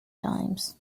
times